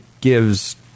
gives